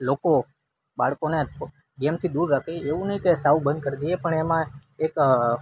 લોકો બાળકોને ગેમથી દૂર રાખે એવું નહીં કે સાવ બંધ કરી દઈએ પણ એમાં એક